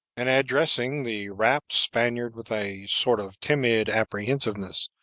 and addressing the rapt spaniard with a sort of timid apprehensiveness,